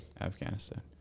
Afghanistan